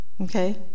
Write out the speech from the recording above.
okay